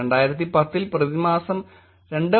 2010 ൽ പ്രതിമാസം 2